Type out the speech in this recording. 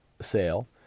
sale